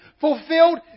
fulfilled